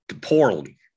poorly